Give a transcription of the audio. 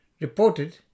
reported